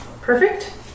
Perfect